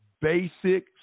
basic